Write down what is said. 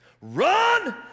Run